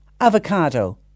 avocado